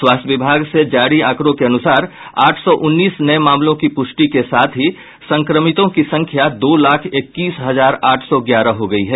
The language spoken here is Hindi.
स्वास्थ्य विभाग से जारी आंकड़ों के अनुसार आठ सौ उन्नीस नये मामलों की पुष्टि के साथ ही संक्रमितों की संख्या दो लाख इक्कीस हजार आठ सौ ग्यारह हो गयी है